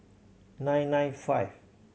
nine nine five